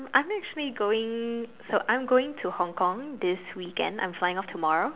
I'm actually going so I'm going to Hong-Kong this weekend I'm flying off tomorrow